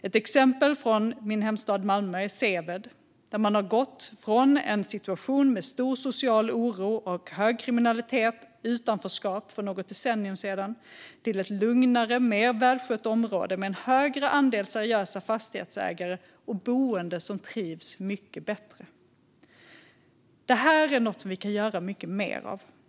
Ett exempel från min hemstad Malmö är Seved, där man har gått från en situation med stor social oro, hög kriminalitet och utanförskap för något decennium sedan till ett lugnare och mer välskött område med en högre andel seriösa fastighetsägare och boende som trivs mycket bättre. Det här är något som vi kan göra mycket mer av.